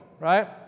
right